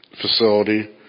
facility